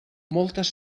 moltes